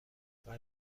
لطفا